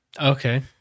Okay